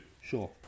Sure